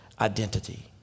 identity